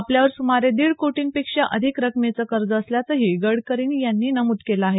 आपल्यावर सुमारे दीड कोटींपेक्षा अधिक रकमेचं कर्ज असल्याचंही गडकरींनी यात नमूद केलं आहे